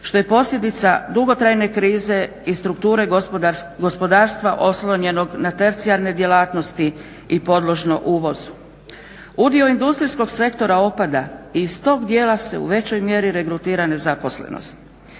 što je posljedica dugotrajne krize i strukture gospodarstva oslonjenog na tercijarne djelatnosti i podložno uvozu. Udio industrijskog sektora opada i iz toga dijela se u većoj mjeri regrutira nezaposlenost.